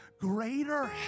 greater